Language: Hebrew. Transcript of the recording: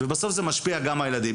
ובסוף זה משפיע גם על הילדים.